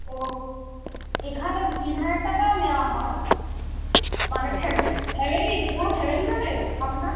ওও এখানে তিন হাজার টাকা নেওয়া হয় মানে ফ্যামিলি ফ্যামিলি পুরো ফ্যামিলি যাবে আপনার